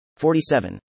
47